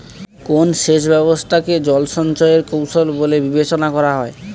কোন সেচ ব্যবস্থা কে জল সঞ্চয় এর কৌশল বলে বিবেচনা করা হয়?